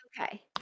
Okay